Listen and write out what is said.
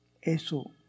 Eso